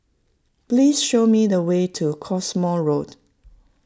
please show me the way to Cottesmore Road